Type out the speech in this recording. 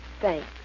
Thanks